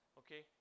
okay